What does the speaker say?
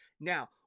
Now